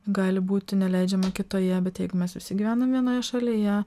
gali būti neleidžiama kitoje bet jeigu mes visi gyvenam vienoje šalyje